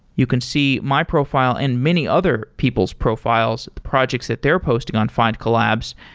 you can see my profile and many other people's profiles, projects that they're posting on findcollabs,